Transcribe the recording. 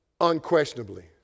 unquestionably